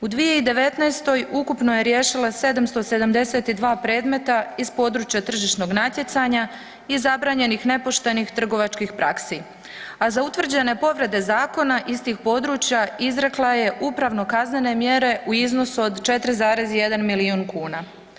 U 2019. ukupno je riješila 772 predmeta iz područja tržišnog natjecanja i zabranjenih nepoštenih trgovačkih praksi, a za utvrđene povrede zakona iz tih područja izrekla je upravnokaznene mjere u iznosu od 4,1 milijun kuna.